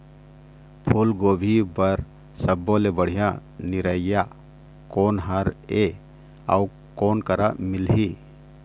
फूलगोभी बर सब्बो ले बढ़िया निरैया कोन हर ये अउ कोन करा मिलही?